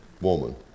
woman